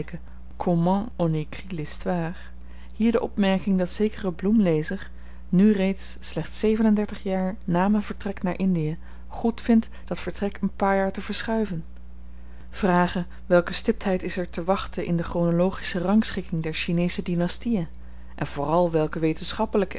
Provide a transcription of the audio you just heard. hier de opmerking dat zekere bloemlezer nu reeds slechts zeven-en-dertig jaar na m'n vertrek naar indie goedvindt dat vertrek n paar jaar te verschuiven vrage welke stiptheid is er te wachten in de chronologische rangschikking der chinesche dynastien en vooral welke